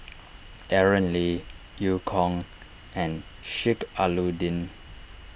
Aaron Lee Eu Kong and Sheik Alau'ddin